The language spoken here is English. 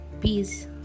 Peace